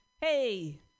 Hey